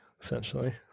essentially